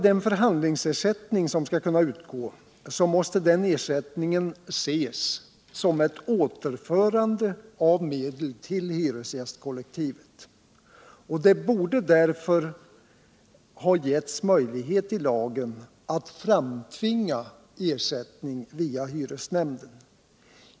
Den förhandlingsersättning som skall kunna utgå måste ses som ett äterförande av medel till hyresgästkollektivet. Det borde därför ha getts möjlighet i lagen att framtvinga ersättning via hyresnämnden.